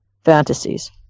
fantasies